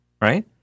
right